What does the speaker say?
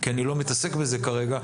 כי אני לא מתעסק בזה כרגע,